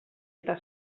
eta